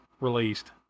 Released